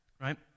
Right